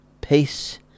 peace